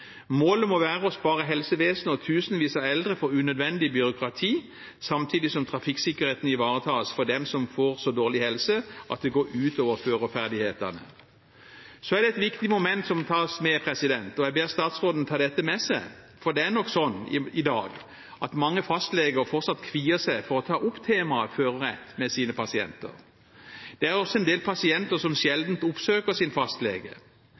Målet må være å spare helsevesenet og tusenvis av eldre for unødvendig byråkrati, samtidig som trafikksikkerheten ivaretas for dem som får så dårlig helse at det går ut over førerferdighetene. Så er det et viktig moment som må tas med, og jeg ber statsråden ta dette med seg. Det er nok slik i dag at mange fastleger fortsatt kvier seg for å ta opp temaet førerrett med sine pasienter. Det er også en del pasienter som sjelden oppsøker sin fastlege.